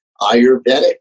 Ayurvedic